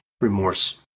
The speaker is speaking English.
remorse